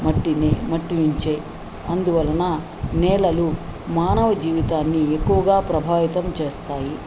మట్టినే మట్టినుంచే అందువలన నేలలు మానవ జీవితాన్ని ఎక్కువగా ప్రభావితం చేస్తాయి